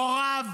הוריו,